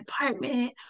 apartment